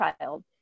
child